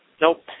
Nope